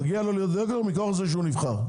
מגיע לו להיות דירקטור מתוך זה שהוא נבחר,